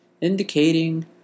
indicating